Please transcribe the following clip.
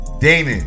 Damon